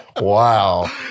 Wow